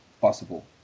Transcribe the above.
possible